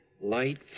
Light